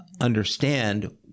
understand